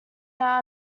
now